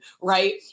right